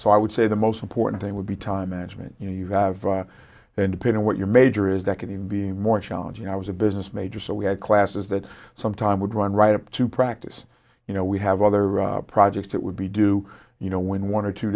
so i would say the most important thing would be time management you know you have independent what your major is that can be more challenging i was a business major so we had classes that sometimes would run right up to practice you know we have other projects that would be do you know when one or two